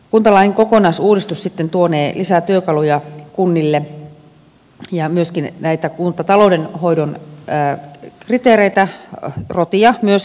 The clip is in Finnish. kuntalain kokonaisuudistus sitten tuonee lisää työkaluja kunnille ja myöskin näitä kuntatalouden hoidon kriteereitä rotia myös kuntapäättäjille